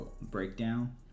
breakdown